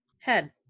Head